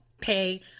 Pay